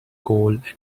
gold